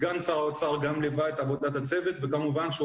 סגן שר האוצר גם ליווה את עבודת הצוות וכמובן שהוא